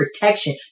protection